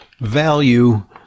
value